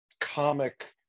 comic